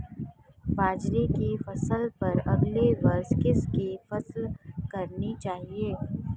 बाजरे की फसल पर अगले वर्ष किसकी फसल करनी चाहिए?